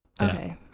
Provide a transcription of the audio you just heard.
Okay